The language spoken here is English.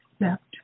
accept